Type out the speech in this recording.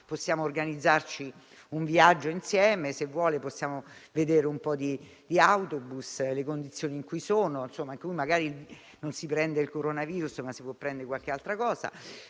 possiamo organizzarci un viaggio insieme, se vuole, così possiamo vedere un po' di autobus e le condizioni in cui sono. Magari uno non si prende il coronavirus, ma si può prendere qualche altra cosa.